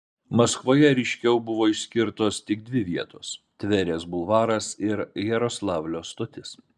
maskvoje ryškiau buvo išskirtos tik dvi vietos tverės bulvaras ir jaroslavlio stotis